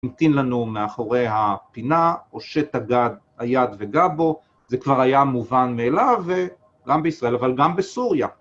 ‫ממתין לנו מאחורי הפינה, ‫הושט היד וגע בו, ‫זה כבר היה מובן מאליו, ‫גם בישראל, אבל גם בסוריה.